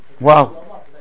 wow